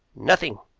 nothing.